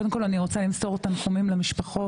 קודם כל אני רוצה למסור תנחומים למשפחות.